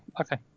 Okay